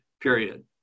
period